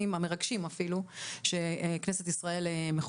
והמרגשים אפילו שכנסת ישראל מחוקקת,